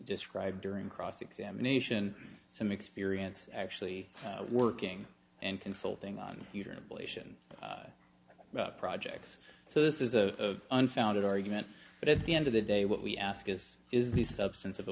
described during cross examination some experience actually working and consulting on your ablation projects so this is a unfounded argument but at the end of the day what we ask is is the substance of a